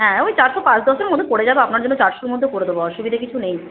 হ্যাঁ ওই চারশো পাঁচ দশের মধ্যে পড়ে যাবে আপনার জন্য চারশোর মধ্যে করে দেব অসুবিধা কিছু নেই